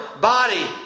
body